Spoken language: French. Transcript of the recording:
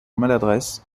maladresse